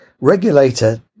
Regulator